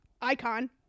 Icon